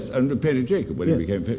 and and painted jacob but